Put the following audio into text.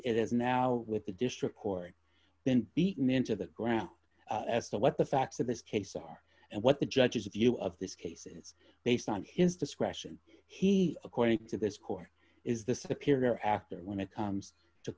it is now with the district court then beaten into the ground as to what the facts of this case are and what the judge's view of this case is based on his discretion he according to this court is the superior actor when it comes to